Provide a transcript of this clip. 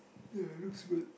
but it looks good